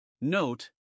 Note